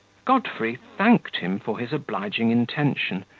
godfrey thanked him for his obliging intention,